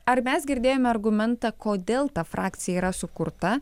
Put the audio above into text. ar mes girdėjome argumentą kodėl ta frakcija yra sukurta